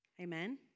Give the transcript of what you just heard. Amen